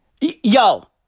Yo